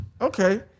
Okay